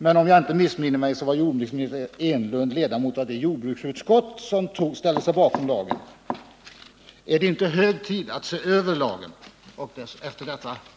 Men om jag inte missminner mig var Eric Enlund ledamot av det jordbruksutskott som ställde sig bakom lagen. Är det inte hög tid att se över lagen efter denna redovisning?